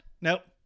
Nope